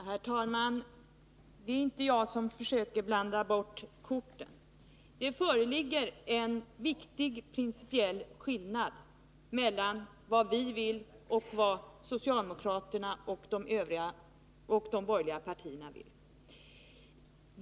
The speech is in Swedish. Herr talman! Det är inte jag som försöker blanda bort korten. Det föreligger en viktig principiell skillnad mellan vad vi vill och vad socialdemokraterna och de borgerliga vill.